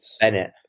Bennett